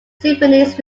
symphonies